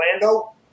Orlando